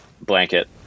blanket